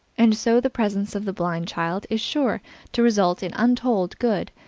and so the presence of the blind child is sure to result in untold good,